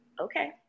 Okay